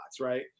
Right